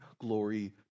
glory